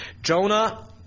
Jonah